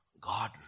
God